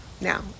now